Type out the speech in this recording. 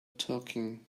talking